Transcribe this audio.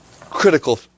critical